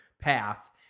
path